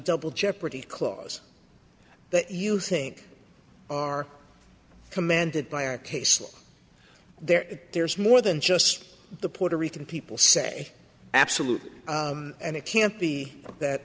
double jeopardy clause that you think are commanded by our caseload there is a there's more than just the puerto rican people say absolutely and it can't be that